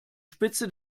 spitze